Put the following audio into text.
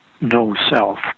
no-self